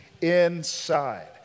inside